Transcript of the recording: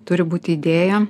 turi būti idėja